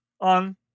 on